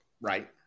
Right